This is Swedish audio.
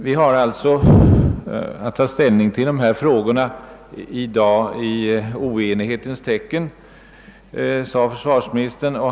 Vi har således att ta ställning till försvarsfrågan i dag — i oenighetens tecken, sade försvarsministern.